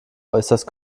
äußerst